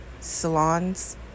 salons